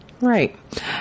Right